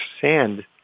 sand